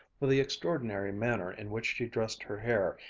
for the extraordinary manner in which she dressed her hair,